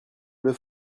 deux